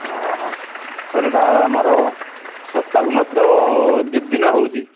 ଅଁ ହଁ ସାର୍ ଏଇଟା ଆମର ସପ୍ତାହକୁ ମାତ୍ର ଦୁଇ ଦିନ ହେଉଛି